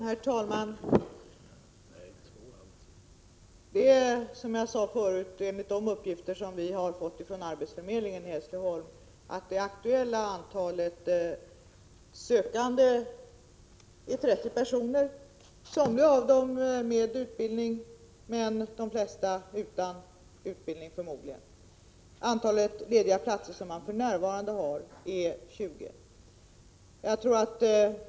Herr talman! Enligt de uppgifter jag har fått från arbetsförmedlingen i Hässleholm är det aktuella antalet sökande 30 personer, somliga med utbildning men de flesta förmodligen utan utbildning. Antalet lediga platser är för närvarande 20.